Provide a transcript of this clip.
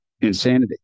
insanity